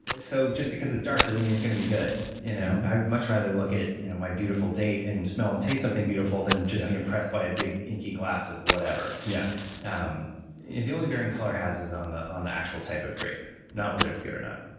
so just because it's dark doesn't mean it's going to be good. you know i would much rather look at you know my beautiful date and smell and taste something beautiful than just be impressed by a big, inky glass of whatever. and yeah um the only bearing color has is on the on the actual type of grape not whether it's good or not.